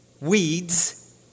weeds